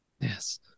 Yes